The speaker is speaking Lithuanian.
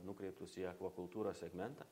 nukreiptus į akvakultūros segmentą